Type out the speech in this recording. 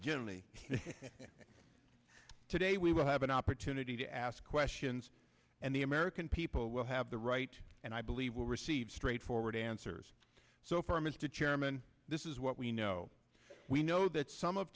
generally today we will have an opportunity to ask questions and the american people will have the right and i believe will receive straightforward answers so far mr chairman this is what we know we know that some of